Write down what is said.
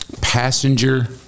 Passenger